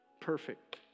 perfect